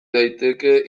daiteke